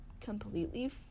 completely